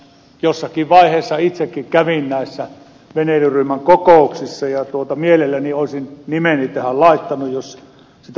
jossakin vaiheessa itsekin kävin näissä veneilyryhmän kokouksissa ja mielelläni olisin nimeni tähän laittanut jos sitä olisi pyydetty